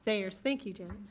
saiers. thank you,